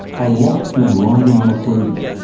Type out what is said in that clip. a lot is riding on approval.